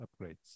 upgrades